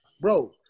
bro